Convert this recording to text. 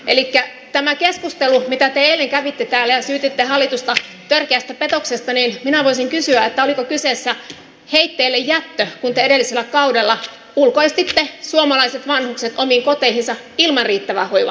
elikkä tähän keskusteluun mitä te eilen kävitte täällä ja syytitte hallitusta törkeästä petoksesta minä voisin kysyä oliko kyseessä heitteillejättö kun te edellisellä kaudella ulkoistitte suomalaiset vanhukset omiin koteihinsa ilman riittävää hoivaa